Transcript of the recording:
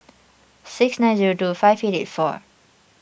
six nine zero two five eight eight four